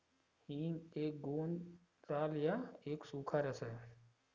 हींग एक गोंद राल या एक सूखा रस है